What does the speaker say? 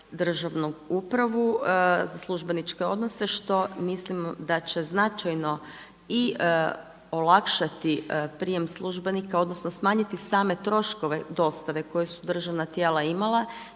državnu upravu za službeničke odnose što mislim da će značajno i olakšati prijem službenika, odnosno smanjiti same troškove dostave koje su državna tijela imala